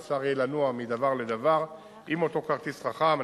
שאפשר יהיה לנוע מדבר לדבר עם אותו כרטיס חכם.